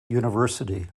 university